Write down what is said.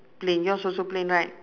plain yours also plain right